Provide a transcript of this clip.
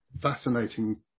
Fascinating